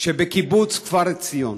כשבקיבוץ כפר עציון